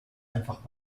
einfach